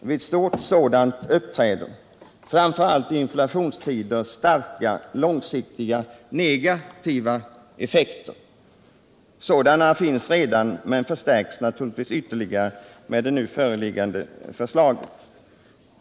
Vid stor sådan uppträder, framför allt i inflationstider, långsiktigt starkt negativa effekter. Sådana finns redan, men de förstärks ytterligare med det nu föreliggande förslaget.